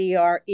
CRE